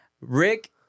Rick